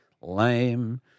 lame